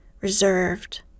reserved